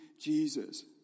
Jesus